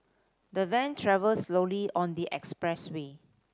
the van travelled slowly on the expressway